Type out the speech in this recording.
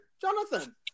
Jonathan